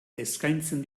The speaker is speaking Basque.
eskaintzen